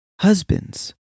husbands